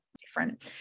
different